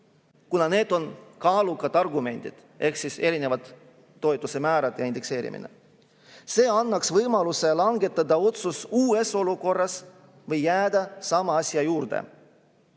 kuna need on kaalukad argumendid ehk erinevad toetuse määrad ja indekseerimine. See annaks võimaluse langetada otsus uues olukorras või jääda sama seisukoha juurde.